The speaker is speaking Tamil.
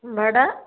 வடை